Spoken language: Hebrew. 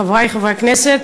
חברי חברי הכנסת,